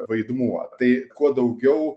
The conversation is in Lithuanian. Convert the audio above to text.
vaidmuo tai kuo daugiau